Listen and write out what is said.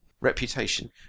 Reputation